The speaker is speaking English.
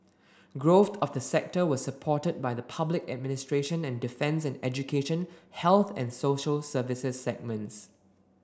growth of the sector was supported by the public administration and defence and education health and social services segments